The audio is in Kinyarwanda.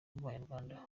b’abanyarwanda